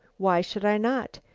why should i not?